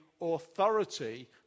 authority